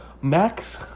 Max